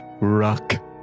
rock